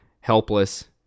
helpless